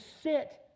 sit